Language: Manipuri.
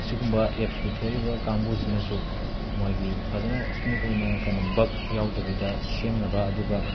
ꯁꯤꯒꯨꯝꯕ ꯑꯦꯞꯁ ꯄꯨꯊꯣꯔꯛꯏꯕ ꯀꯥꯡꯕꯨꯁꯤꯅꯁꯨ ꯃꯣꯏꯒꯤ ꯐꯖꯅ ꯁ꯭ꯃꯨꯠ ꯑꯣꯏꯅ ꯀꯦꯅꯣ ꯕꯒꯁ ꯌꯥꯎꯗꯕꯤꯗ ꯁꯦꯝꯅꯕ ꯑꯗꯨꯒ